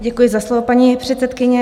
Děkuji za slovo, pane předsedkyně.